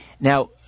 Now